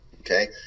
Okay